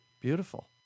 Beautiful